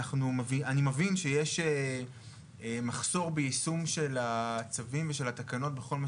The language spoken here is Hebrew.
אני מבין שיש מחסור ביישום של הצווים ושל התקנות בכל מה